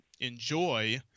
enjoy